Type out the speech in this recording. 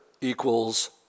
equals